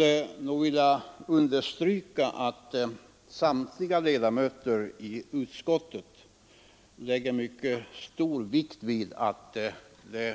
Jag vill understryka att samtliga ledamöter i utskottet fäster mycket stort avseende vid